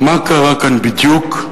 מה קרה כאן בדיוק.